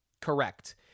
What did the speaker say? Correct